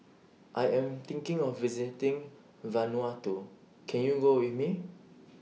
I Am thinking of visiting Vanuatu Can YOU Go with Me